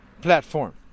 platform